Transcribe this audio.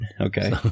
Okay